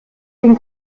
den